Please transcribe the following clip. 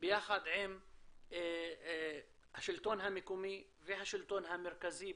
ביחד עם השלטון המקומי והשלטון המרכזי,